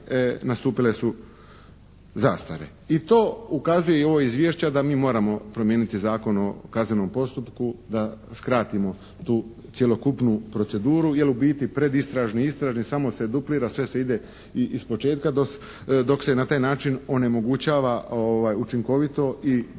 nastupile su zastare. I to ukazuje ovo izvješće da mi moramo primijeniti Zakon o kaznenom postupku da skratimo tu cjelokupnu proceduru, jer u biti predistražni, istražni samo se duplira sve se ide iz početka dok se na taj način onemogućava učinkovito i brzo